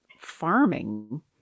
farming